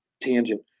tangent